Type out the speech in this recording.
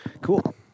cool